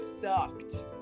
sucked